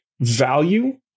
value